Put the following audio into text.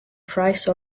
price